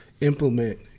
implement